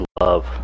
love